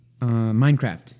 Minecraft